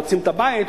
רוצים את הבית,